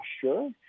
sure